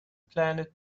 planet